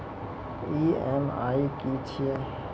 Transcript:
EMI की छिये?